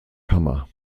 kammer